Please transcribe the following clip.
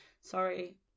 sorry